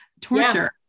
Torture